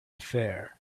affair